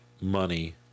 money